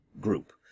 group